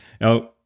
Now